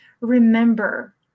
remember